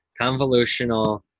convolutional